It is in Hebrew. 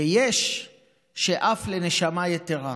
ויש שאף לנשמה יתרה".